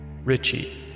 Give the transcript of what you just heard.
Richie